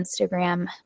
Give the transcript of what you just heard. Instagram